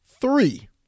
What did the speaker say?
three